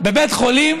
בבית חולים,